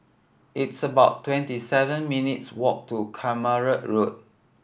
it's about twenty seven minutes' walk to Keramat Road